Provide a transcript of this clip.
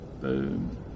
Boom